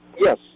Yes